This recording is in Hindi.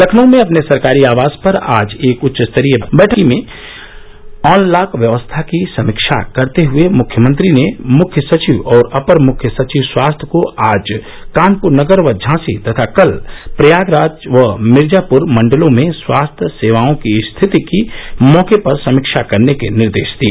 लखनऊ में अपने सरकारी आवास पर आज एक उच्च स्तरीय बैठक में अनलॉक व्यवस्था की समीक्षा करते हए मुख्यमंत्री ने मुख्य सचिव और अपर मुख्य सचिव स्वास्थ्य को आज कानपुर नगर व झांसी तथा कल प्रयागराज व मिर्जापुर मंडलों में स्वास्थ्य सेवाओं की स्थिति की मौके पर समीक्षा करने के निर्देश दिए